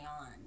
on